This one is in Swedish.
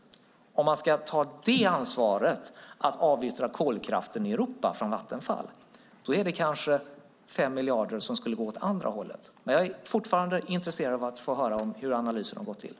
Om man ska ta ansvaret att avyttra kolkraften i Europa från Vattenfall skulle kanske de 5 miljarderna behöva gå åt andra hållet. Jag är fortfarande intresserad av att få höra hur analysen har gått till.